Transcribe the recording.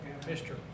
Mr